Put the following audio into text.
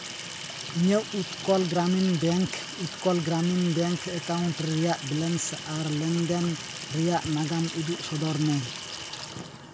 ᱤᱧᱟᱹᱜ Utkal Grameen bank Utkal Grameen bank account ᱨᱮᱭᱟᱜ balance ᱟᱨ ᱞᱮᱱᱫᱮᱱ ᱨᱮᱭᱟᱜ ᱱᱟᱜᱟᱢ ᱩᱫᱩᱜ ᱥᱚᱫᱚᱨ ᱢᱮ